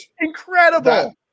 Incredible